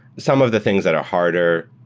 some of the things that are harder,